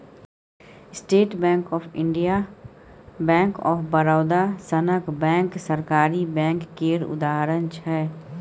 state bank of India, bank of Baroda सनक bank सरकारी bank केर उदाहरण छै